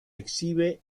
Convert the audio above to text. exhibe